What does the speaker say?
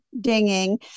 dinging